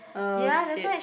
!oh-shit!